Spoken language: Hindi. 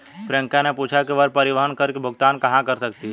प्रियंका ने पूछा कि वह परिवहन कर की भुगतान कहाँ कर सकती है?